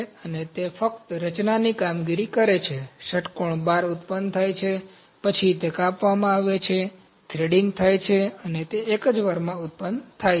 અને તે ફક્ત રચનાની કામગીરી કરે છે ષટ્કોણ બાર ઉત્પન્ન થાય છે પછી તે કાપવામાં આવે છે થ્રેડિંગ થાય છે અને તે એક જ વારમાં ઉત્પન્ન થાય છે